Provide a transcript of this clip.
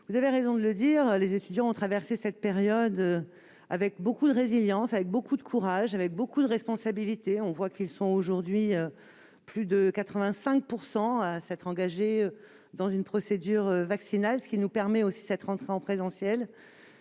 Vous avez raison de le dire, les étudiants ont traversé cette période avec beaucoup de résilience, de courage et de responsabilité. Ils sont aujourd'hui plus de 85 % à s'être engagés dans une procédure vaccinale, ce qui permet également cette rentrée en présentiel.